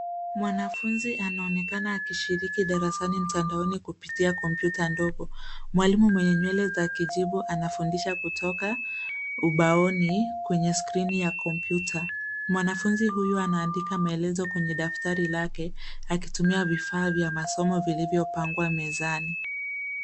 Mwanafunzi anaonekana akishiriki darasani mtandaoni kupitia kompyuta ndogo. Mwalimu mwenye nywele za kijivu anafundisha kutoka ubaoni kweney skrini ya kompyuta. Mwanafunzi huyu anaandika maelezo kwenye daftari lake akitumia vifaa vya masomo vilivyopangwa mezani.